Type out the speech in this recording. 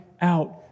out